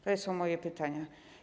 To są moje pytania.